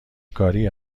کاری